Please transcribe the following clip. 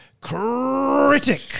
critic